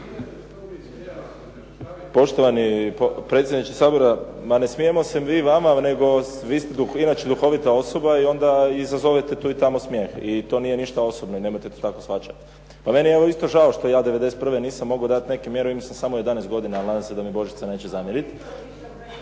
Poštovani predsjedniče Sabora. Ma ne smijemo se mi vama, nego ste vi vrlo duhovita osoba i onda izazovete tu i tamo smijeh. I to nije ništa osobno i nemojte to tako shvaćati. Pa meni je evo isto žao što ja '91. nisam mogao dati neke mjere, imao sam samo 11 godina, ali nadam se da mi Božica neće zamjeriti.